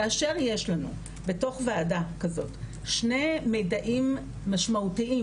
כאשר יש לנו בתוך ועדה כזאת שני "מידעים" משמעותיים